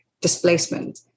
displacement